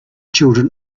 children